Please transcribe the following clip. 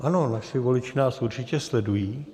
Ano, naši voliči nás určitě sledují.